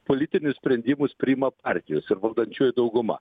politinius sprendimus priima partijos ir valdančioji dauguma